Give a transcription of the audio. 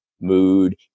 mood